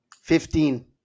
Fifteen